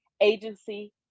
agency